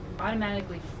automatically